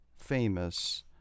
famous